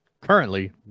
currently